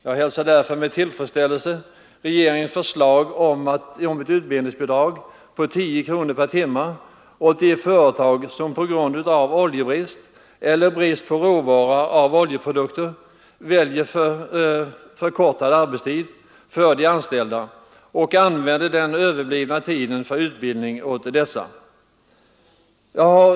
Jag hälsar därför med tillfredsställelse regeringens förslag om ett utbildningsbidrag på 10 kronor per timme åt de företag som på grund av oljebrist eller brist på råvara av oljeprodukter väljer förkortad arbetstid för de anställda och använder den överskjutande tiden till utbildning av dem.